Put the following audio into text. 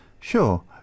Sure